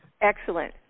Excellent